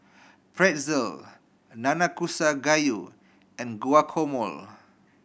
Pretzel Nanakusa Gayu and Guacamole